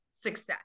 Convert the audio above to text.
success